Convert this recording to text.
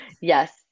Yes